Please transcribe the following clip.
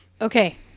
okay